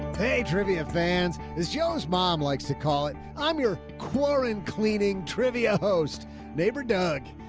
hey trivia fans is joe's. mom likes to call it. i'm your quorum? cleaning trivia, host neighbor. doug.